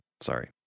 Sorry